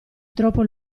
troppo